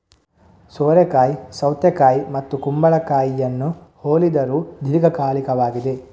ಸೋರೆಕಾಯಿ ಸೌತೆಕಾಯಿ ಮತ್ತು ಕುಂಬಳಕಾಯಿಯನ್ನು ಹೋಲಿದರೂ ದೀರ್ಘಕಾಲಿಕವಾಗಿದೆ